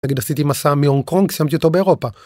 נגיד עשיתי מסע מהונג קונג סיימתי אותו באירופה.